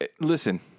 Listen